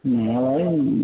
ମୁଁ ଏଇ